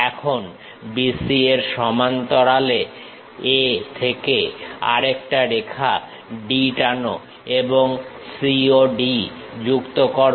এখন B C এর সমান্তরালে A থেকে আরেকটা রেখা D টানো এবং C ও D যুক্ত করো